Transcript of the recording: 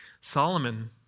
Solomon